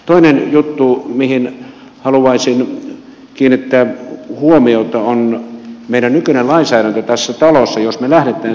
toinen juttu mihin haluaisin kiinnittää huomiota on meidän nykyinen lainsäädäntö tässä talossa